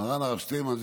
מרן הרב שטיינמן,